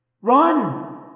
Run